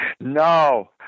no